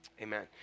Amen